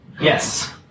Yes